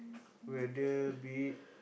whether be it